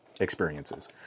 experiences